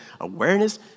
awareness